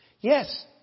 Yes